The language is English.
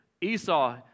Esau